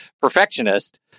perfectionist